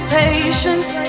patience